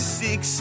six